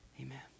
Amen